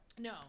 No